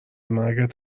مرگت